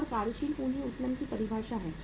यह कार्यशील पूंजी उत्तोलन की परिभाषा है